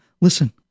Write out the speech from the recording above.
listen